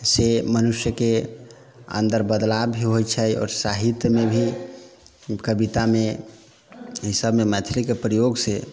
से मनुष्यके अन्दर बदलाव भी होइ छै आओर साहित्यमे भी कवितामे ई सबमे मैथिलीके प्रयोगसँ